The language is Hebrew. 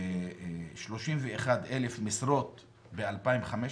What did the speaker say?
31,000 משרות ב-2,015,